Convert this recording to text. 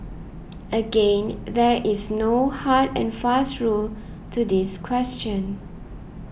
again there is no hard and fast rule to this question